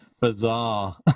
bizarre